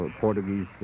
Portuguese